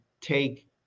take